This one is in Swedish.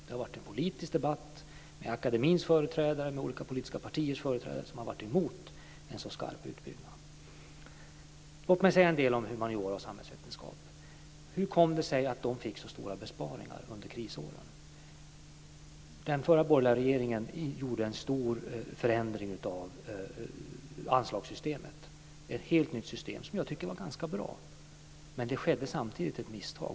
Det har varit en politisk debatt med akademins företrädare och med företrädare från olika politiska partier som har varit emot en så skarp utbyggnad. Låt mig säga en del om humaniora och samhällsvetenskap! Hur kom det sig att det gjordes så stora besparingar på de områdena under krisåren? Den förra borgerliga regeringen gjorde en stor förändring av anslagssystemet. Det var ett helt nytt system som jag tycker var ganska bra, men det skedde samtidigt ett misstag.